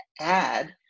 add